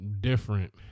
different